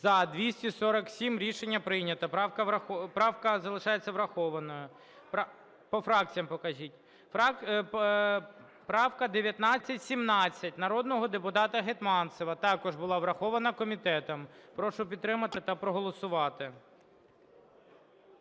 За-247 Рішення прийнято, правка залишається врахованою. По фракціях покажіть. Правка 1917, народного депутата Гетманцева. Також була врахована комітетом. Прошу підтримати та проголосувати.